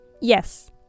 yes